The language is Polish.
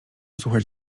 słuchać